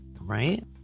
Right